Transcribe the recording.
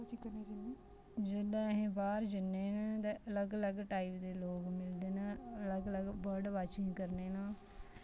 जिसलै असीं बाह्र जन्ने न ते अलग अलग टाइप दे लोग मिलदे न अलग अलग बर्ड़ वाचिंग करने न